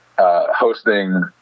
Hosting